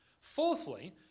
Fourthly